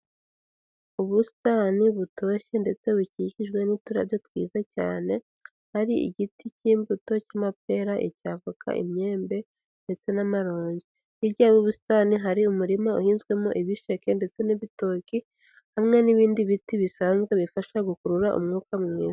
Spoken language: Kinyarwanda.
Ubusitani butoshye ndetse bukikijwe n'uturabyo twiza cyane, hari igiti cy'imbuto cy'amapera, icya voka, imyembe ndetse n'amaronji, hirya y'ubusitani hari umurima uhinzwemo ibisheke ndetse n'ibitoki hamwe n'ibindi biti bisanzwe bifasha gukurura umwuka mwiza.